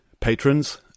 patrons